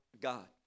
God